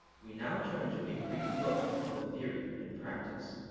we now turn to a brief look of the theory in practice.